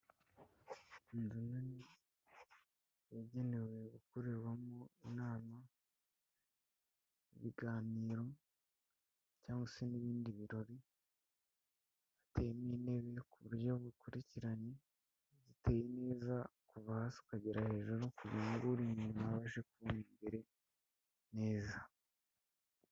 Inzu nani yagenewe gukorerwamo inama, ibiganiro cyangwa se n'ibindi birori, hateye ntebe ku buryo bukurikiranye, hiteye neza kuva hasi ukagera hejuru kugira ngo uri inyuma abashe kureba imbere neza.